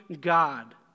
God